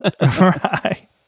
Right